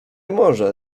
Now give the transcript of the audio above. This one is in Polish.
może